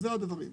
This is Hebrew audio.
אלה הדברים: